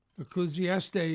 Ecclesiastes